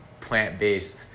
plant-based